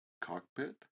Cockpit